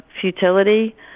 futility